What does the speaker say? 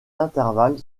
intervalle